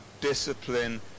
Discipline